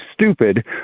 stupid